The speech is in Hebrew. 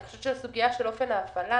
אני חושבת שהסוגיה של אופן ההפעלה